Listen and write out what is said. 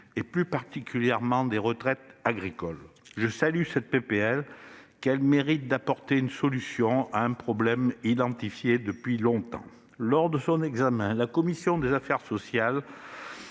et plus particulièrement des retraites agricoles. Je salue cette proposition de loi qui a le mérite d'apporter une solution à un problème identifié depuis bien longtemps. Lors de son examen, la commission des affaires sociales